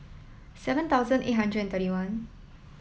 seven thousand eight hundred and thirty one